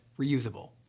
reusable